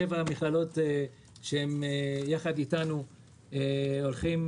שבע מכללות שפועלות ביחד אתנו התחילו.